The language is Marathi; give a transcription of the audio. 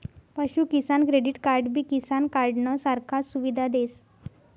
पशु किसान क्रेडिट कार्डबी किसान कार्डनं सारखा सुविधा देस